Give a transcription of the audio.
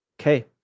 okay